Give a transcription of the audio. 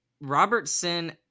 Robertson